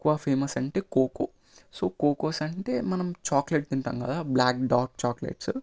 ఎక్కువ ఫేమస్ అంటే cocoa so cocoas అంటే మనం చాక్లేట్ తింటాము కదా బ్లాక్ డార్క్ చాక్లేట్స్